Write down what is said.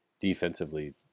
defensively